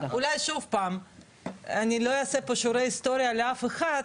שוב פעם אני לא אעשה פה שיעורי היסטוריה לאף אחד,